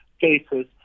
cases